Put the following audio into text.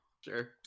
sure